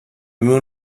moon